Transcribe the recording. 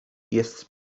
jest